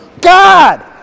God